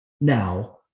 Now